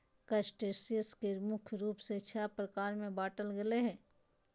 crustaceans के मुख्य रूप से छः प्रकार में बांटल गेले हें